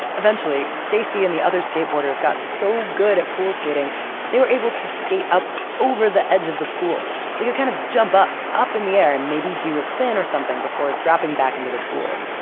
eventually, stacy and the other skateboarders got so good at pool skating they were able to skate up, over the edge of the pool. they could kind of jump up, up in the air, and maybe do a spin or something before dropping back into the pool.